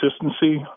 consistency